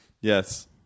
yes